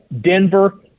Denver